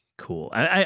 Cool